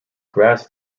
grass